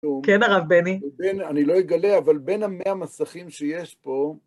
כן, הרב בני. אני לא אגלה, אבל בין המאה המסכים שיש פה...